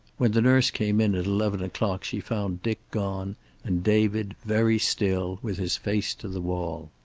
when the nurse came in at eleven o'clock she found dick gone and david, very still, with his face to the wall.